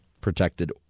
protected